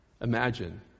Imagine